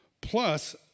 plus